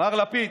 מר לפיד,